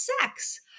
sex